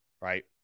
right